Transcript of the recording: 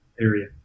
area